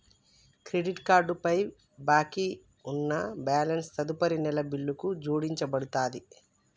credit card పై బాకీ ఉన్న బ్యాలెన్స్ తదుపరి నెల బిల్లుకు జోడించబడతది